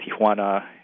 Tijuana